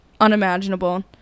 unimaginable